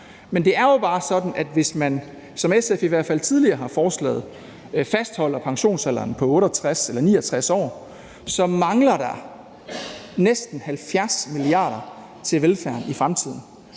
men det er jo bare sådan, at hvis man fastholder, som SF i hvert fald tidligere har foreslået, pensionsalderen på 68 år eller 69 år, så mangler der næsten 70 mia. kr. til velfærden i fremtiden.